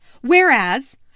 Whereas